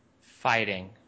Fighting